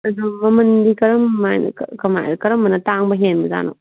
ꯑꯗꯨ ꯃꯃꯜꯗꯤ ꯀꯔꯝꯕꯅ ꯇꯥꯡꯕ ꯍꯦꯟꯕ ꯖꯥꯠꯅꯣ